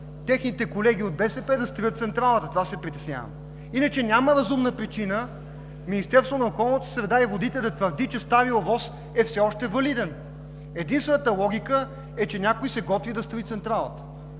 техните колеги от БСП да строят централата, от това се притеснявам. Иначе няма разумна причина Министерството на околната среда и водите да твърди, че старият ОВОС е все още валиден. Единствената логика е, че някой се готви да строи централата.